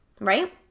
right